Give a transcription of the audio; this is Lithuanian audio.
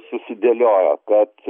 susidėliojo kad